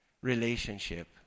relationship